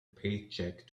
paycheck